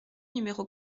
numéro